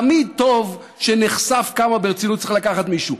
תמיד טוב שנחשף כמה ברצינות צריך לקחת מישהו.